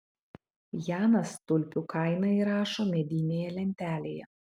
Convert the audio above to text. janas tulpių kainą įrašo medinėje lentelėje